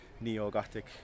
Neo-Gothic